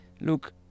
look